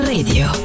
Radio